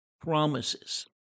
promises